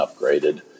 upgraded